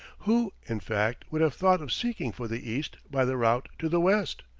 who, in fact, would have thought of seeking for the east by the route to the west?